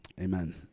Amen